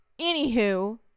anywho